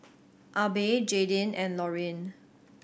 Abe Jaydin and Lorine